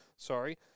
Sorry